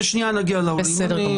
עוד רגע נגיע לעולים.